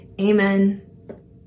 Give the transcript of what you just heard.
Amen